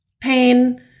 pain